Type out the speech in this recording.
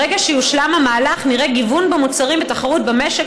ברגע שיושלם המהלך נראה גיוון במוצרים ותחרות במשק,